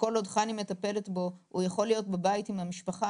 שכל עוד חני מטפלת בו הוא יכול להיות בבית עם המשפחה,